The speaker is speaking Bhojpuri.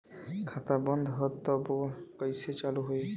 खाता बंद ह तब कईसे चालू होई?